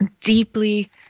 deeply